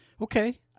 okay